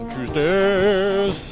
Tuesdays